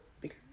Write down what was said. bigger